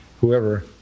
Whoever